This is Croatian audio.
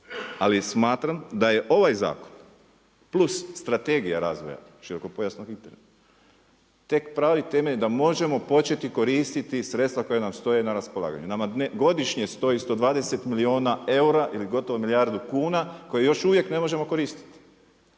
Ali smatram da je ovaj zakon plus Strategija razvoja širokopojasnog interneta pravi temelj da možemo početi koristiti sredstva koja nam stoje na raspolaganju. Nama godišnje stoji 120 milijuna eura ili gotovo milijardu kuna koje još uvijek ne možemo koristiti